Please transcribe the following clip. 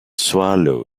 swallow